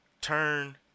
turn